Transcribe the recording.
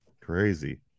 Crazy